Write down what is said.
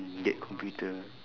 get computer